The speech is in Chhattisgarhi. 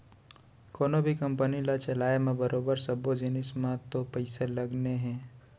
कोनों भी कंपनी ल चलाय म बरोबर सब्बो जिनिस म तो पइसा लगने हे